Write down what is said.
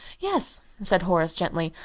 yes, said horace, gently,